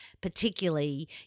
particularly